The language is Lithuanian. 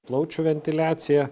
plaučių ventiliacija